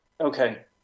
Okay